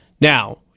Now